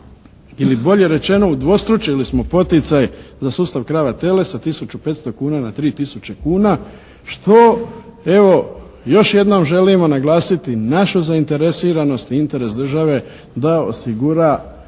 ili bolje rečeno udvostručili smo poticaj za sustav krava tele sa 1500 kuna na 3000 kuna što evo još jednom želimo naglasiti našu zainteresiranost interes države da osigura